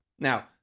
Now